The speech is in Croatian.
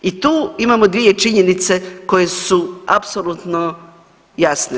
I tu imamo dvije činjenice koje su apsolutno jasne.